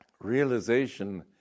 realization